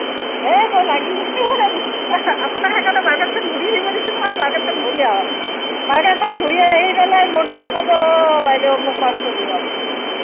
এই মই লাগি আপোনাক সেইকাৰণে মাৰ্কেটখন ঘূৰি আহিব দিছোঁ নহয় মাৰ্কেটখন ঘূৰি আহক মাৰ্কেটখন ঘূৰি আহি কিনে মোৰ তাতে ক'ব অঁ বাইদেউ মোক মাছটো দিয়ক